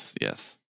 Yes